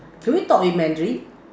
can we talk in Mandarin